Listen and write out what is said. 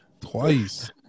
twice